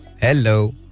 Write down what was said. Hello